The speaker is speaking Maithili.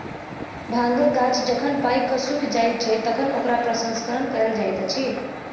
भांगक गाछ जखन पाइक क सुइख जाइत छै, तखन ओकरा प्रसंस्करण कयल जाइत अछि